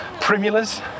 Primulas